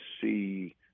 see